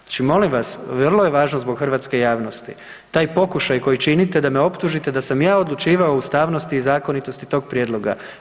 Znači molim vas, vrlo je važno zbog hrvatske javnosti, taj pokušaj koji činite da me optužite da sam ja odlučivao o ustavnosti i zakonitosti tog prijedloga.